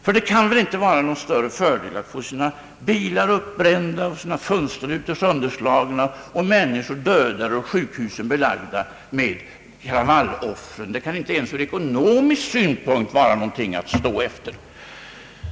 Det kan väl ändå inte vara någon större fördel att få sina bilar uppbrända, sina fönsterrutor sönderslagna och sjukhusen belagda med kravalloffer. Detta kan inte ens ur ekonomisk synpunkt vara någonting att stå efter.